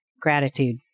gratitude